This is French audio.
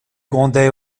grondait